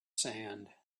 sand